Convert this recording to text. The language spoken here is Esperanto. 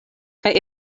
kaj